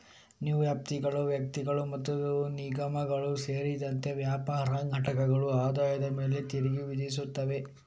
ನ್ಯಾಯವ್ಯಾಪ್ತಿಗಳು ವ್ಯಕ್ತಿಗಳು ಮತ್ತು ನಿಗಮಗಳು ಸೇರಿದಂತೆ ವ್ಯಾಪಾರ ಘಟಕಗಳ ಆದಾಯದ ಮೇಲೆ ತೆರಿಗೆ ವಿಧಿಸುತ್ತವೆ